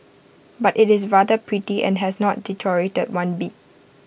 but IT is rather pretty and has not deteriorated one bit